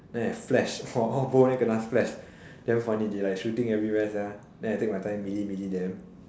then I flash !wah! all both of them kena flash damn funny they like shooting everywhere sia then I take my time melee melee them